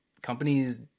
Companies